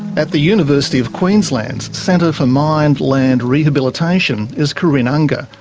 at the university of queensland's centre for mined land rehabilitation is corinne unger,